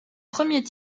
premier